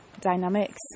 dynamics